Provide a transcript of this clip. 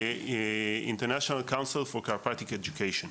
שנקרא Council for Chiropractic Education International.